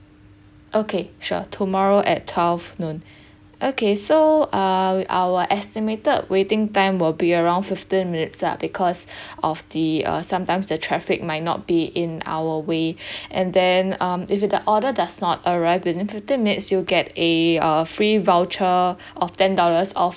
okay sure tomorrow at twelve noon okay so err our estimated waiting time will be around fifteen minutes lah because of the uh sometimes the traffic might not be in our way and then um if the order does not arrived within fifteen minutes you get a uh free voucher of ten dollars off